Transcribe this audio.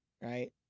Right